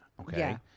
okay